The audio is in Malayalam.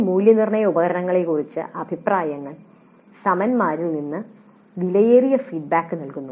ഈ മൂല്യനിർണ്ണയ ഉപകരണങ്ങളെക്കുറിച്ചുള്ള അഭിപ്രായങ്ങൾ സമന്മാരിൽ നിന്ന് വിലയേറിയ ഫീഡ്ബാക്ക് നൽകുന്നു